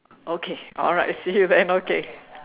okay alright see you there okay